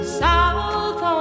south